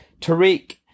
Tariq